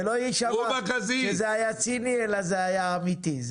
שזה לא יישמע שזה היה ציני אלא זה היה אמיתי.